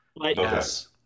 Yes